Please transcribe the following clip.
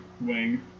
wing